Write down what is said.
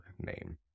name